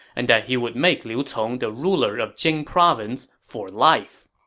and that he would make liu cong the ruler of jing province for life